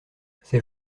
ces